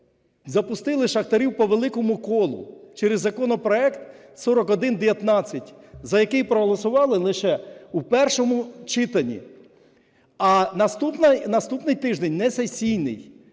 Запустили шахтарів по великому колу через законопроект 4119, за який проголосували лише у першому читанні, а наступний тиждень не сесійний,